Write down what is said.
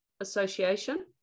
association